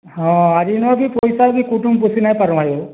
ହଁ ଆଜି ନୁହେଁ କି ପଇସା କି କୁଟୁମ୍ ପୁଷି ନାଇଁ ପାରୁ କାଁଯେ ବୋ